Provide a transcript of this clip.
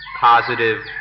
positive